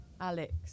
Alex